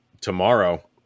tomorrow